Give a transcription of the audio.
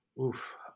oof